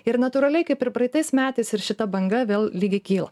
ir natūraliai kaip ir praeitais metais ir šita banga vėl lygiai kyla